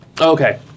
Okay